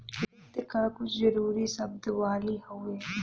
वित्त क कुछ जरूरी शब्दावली हउवे